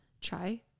Chai